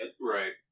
Right